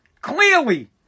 Clearly